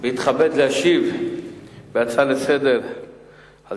אני מתכבד להשיב על ההצעה לסדר-היום על